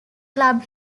club